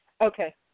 Okay